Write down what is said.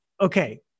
okay